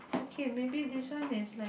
okay maybe this one is like